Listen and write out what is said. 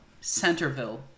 Centerville